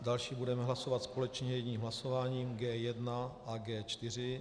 Další budeme hlasovat společně jedním hlasováním G1 a G4.